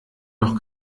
doch